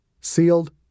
sealed